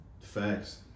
Facts